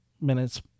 minutes